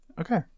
Okay